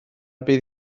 bydd